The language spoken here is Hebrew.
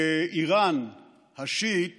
שאיראן השיעית